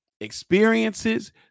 experiences